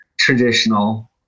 traditional